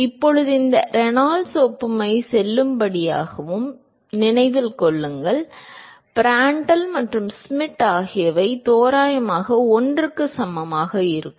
இப்போது இந்த ரெனால்ட்ஸ் ஒப்புமை செல்லுபடியாகும் என்பதை நினைவில் கொள்ளுங்கள் ப்ராண்ட்ட்ல் மற்றும் ஷ்மிட் ஆகியவை தோராயமாக 1 க்கு சமமாக இருக்கும்